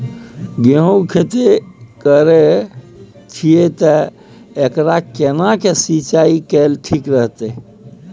गेहूं की खेती करे छिये ते एकरा केना के सिंचाई कैल ठीक रहते?